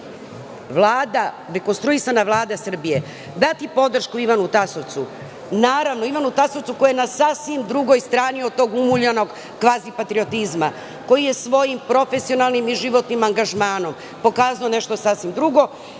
li će rekonstruisana Vlada Srbije dati podršku Ivanu Tasovcu? Naravno, Ivanu Tasovcu, koji je na sasvim drugoj strani od tog umuljanog kvazipatriotizma, koji je svojim profesionalnim i životnim angažmanom pokazao nešto sasvim drugo.